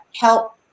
help